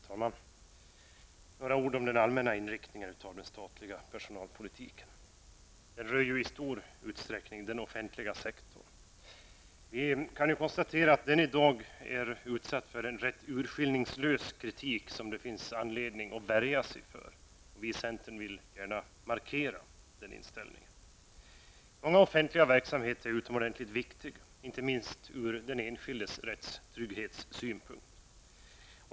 Herr talman! Några ord om den allmänna inriktningen av den statliga personalpolitiken. Denna rör ju i stor utsträckning den offentliga sektorn. Vi kan konstatera att den sektorn i dag är utsatt för en rätt urskillningslös kritik, som det finns anledning att värja sig för. Vi i centern vill gärna markera den inställningen. Många offentliga verksamheter är utomordentligt viktiga, inte minst ur den enskildes rättstrygghetssynpunkt.